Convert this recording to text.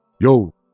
yo